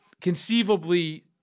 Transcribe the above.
conceivably